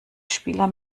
spieler